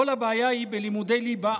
כל הבעיה היא בלימודי ליבה.